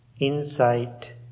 Insight